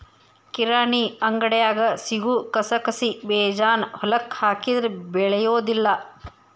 ಕಿರಾಣಿ ಅಂಗಡ್ಯಾಗ ಸಿಗು ಕಸಕಸಿಬೇಜಾನ ಹೊಲಕ್ಕ ಹಾಕಿದ್ರ ಬೆಳಿಯುದಿಲ್ಲಾ